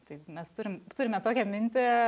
tai mes turim turime tokią mintį